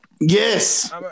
Yes